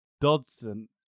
Dodson